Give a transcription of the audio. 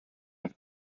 have